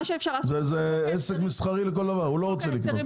זה עסק מסחרי לכל דבר, הוא לא רוצה לקנות.